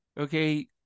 okay